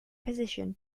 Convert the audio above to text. position